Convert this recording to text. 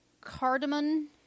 cardamom